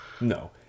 No